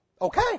okay